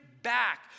Back